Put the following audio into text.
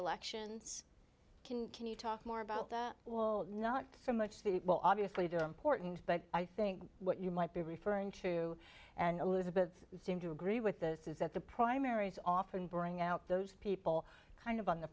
elections can can you talk more about that well not so much the well obviously the porton but i think what you might be referring to and elizabeth seem to agree with this is that the primaries often bring out those people kind of on the